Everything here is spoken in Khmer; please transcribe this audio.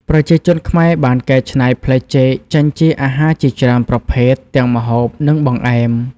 ប្រជាជនខ្មែរបានកែច្នៃផ្លែចេកចេញជាអាហារជាច្រើនប្រភេទទាំងម្ហូប និងបង្អែម។